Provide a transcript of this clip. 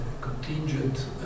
contingent